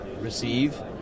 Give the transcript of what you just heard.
receive